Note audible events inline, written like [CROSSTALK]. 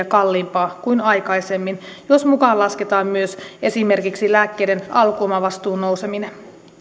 [UNINTELLIGIBLE] kalliimpaa kuin aikaisemmin jos mukaan lasketaan myös esimerkiksi lääkkeiden alkuomavastuun nouseminen